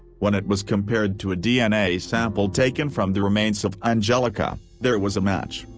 when it was compared to a dna sample taken from the remains of anjelica, there was a match.